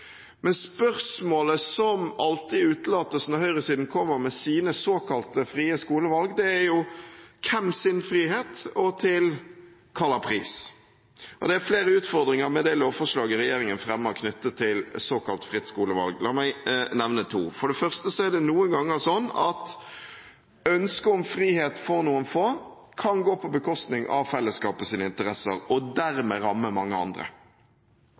Men spørsmålet som alltid utelates når høyresiden kommer med sine såkalte frie skolevalg, er: Hvem sin frihet, og til hvilken pris? Det er flere utfordringer med det lovforslaget regjeringen fremmer knyttet til såkalt fritt skolevalg. La meg nevne to: For det første er det noen ganger sånn at ønsket om frihet for noen få kan gå på bekostning av fellesskapets interesser og dermed ramme mange andre.